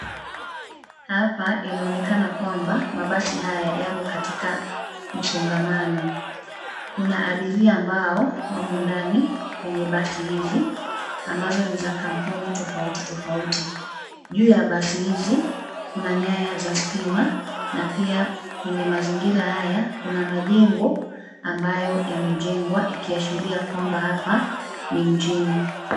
Hapa inaonekana kwamba mabasi haya yamo katika msongamano. Kuna abiria ambao wamo ndani kwenye basi hizi ambazo ni za kampuni tofauti tofauti. Juu ya basi hizi kuna nyaya za stima na pia kwenye mazingira haya kuna majengo yamejengwa ikiashiria kwamba hapa ni mjini.